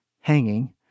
hanging